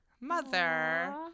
mother